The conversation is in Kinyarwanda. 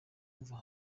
mva